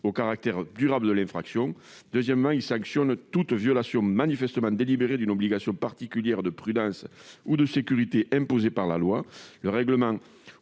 du caractère durable de l'infraction. Ensuite, il tend à sanctionner toute violation manifestement délibérée d'une obligation particulière de prudence ou de sécurité imposée par la loi,